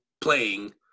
playing